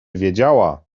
wiedziała